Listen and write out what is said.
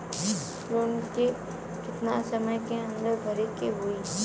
Loan के कितना समय के अंदर भरे के होई?